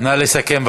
נא לסכם.